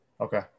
Okay